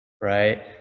Right